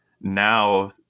now